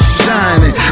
shining